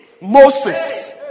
Moses